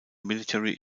military